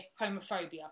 homophobia